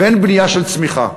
ואין בנייה של צמיחה.